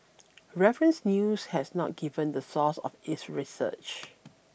reference News has not given the source of its research